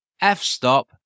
f-stop